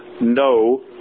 no